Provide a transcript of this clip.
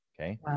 Okay